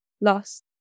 lost